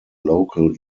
local